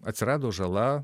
atsirado žala